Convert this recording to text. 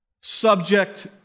Subject